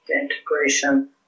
Integration